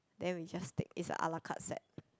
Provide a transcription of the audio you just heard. then we just take is a alakat set